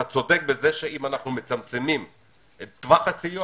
אתה צודק בזה שאם אנו מצמצמים את טווח הסיוע,